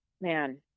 man